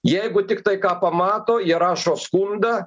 jeigu tiktai ką pamato jie rašo skundą